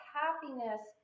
happiness